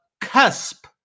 cusp